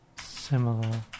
similar